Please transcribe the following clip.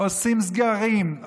עושים סגרים,